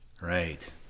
Right